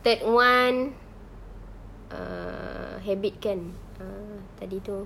that [one] err habit kan err tadi itu